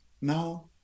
Now